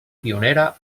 pionera